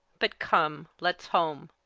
but come, let's home.